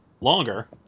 longer